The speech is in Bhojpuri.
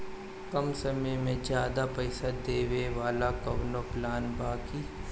कम समय में ज्यादा पइसा देवे वाला कवनो प्लान बा की?